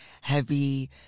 heavy